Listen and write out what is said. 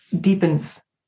deepens